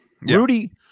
Rudy